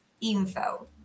info